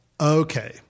okay